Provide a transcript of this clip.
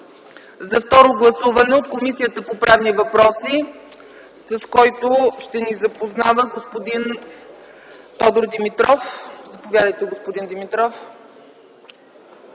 за второ гласуване от Комисията по правни въпроси, с който ще ни запознава господин Тодор Димитров. Заповядайте, господин Димитров.